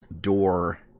door